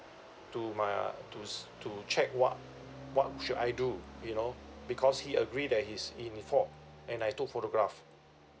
to mah to check what what should I do you know because he agree that his in fault and I took photograph